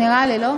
נראה לי, לא?